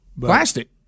Plastic